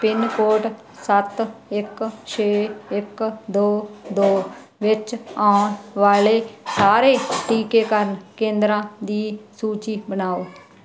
pin code ਸੱਤ ਇੱਕ ਛੇ ਇੱਕ ਦੋ ਦੋ ਵਿੱਚ ਆਉਣ ਵਾਲੇ ਸਾਰੇ ਟੀਕਾਕਰਨ ਕੇਂਦਰਾਂ ਦੀ ਸੂਚੀ ਬਣਾਓ